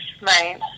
Right